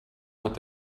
hat